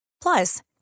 Plus